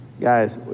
guys